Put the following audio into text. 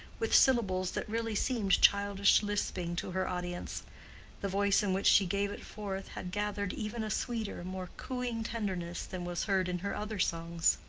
with syllables that really seemed childish lisping to her audience the voice in which she gave it forth had gathered even a sweeter, more cooing tenderness than was heard in her other songs.